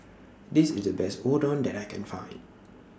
This IS The Best Udon that I Can Find